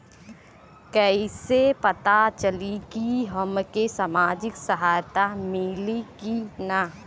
कइसे से पता चली की हमके सामाजिक सहायता मिली की ना?